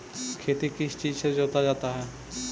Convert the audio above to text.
खेती किस चीज से जोता जाता है?